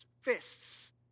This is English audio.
fists